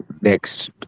next